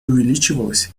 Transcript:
увеличивалось